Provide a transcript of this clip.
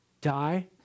Die